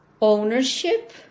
ownership